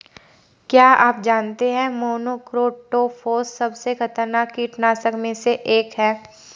क्या आप जानते है मोनोक्रोटोफॉस सबसे खतरनाक कीटनाशक में से एक है?